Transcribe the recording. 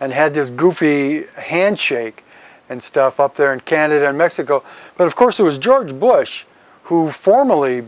and had this goofy handshake and stuff up there in canada and mexico but of course it was george bush who formally